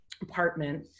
apartment